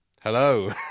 Hello